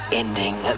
ending